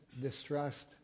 distrust